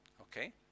Okay